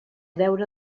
deure